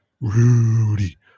Rudy